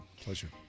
Pleasure